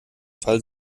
fall